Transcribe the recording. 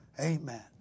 Amen